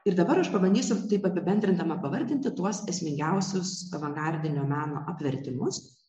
ir dabar aš pabandysiu taip apibendrindama pavardinti tuos esmingiausius avangardinio meno apvertimus